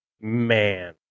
man